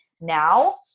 now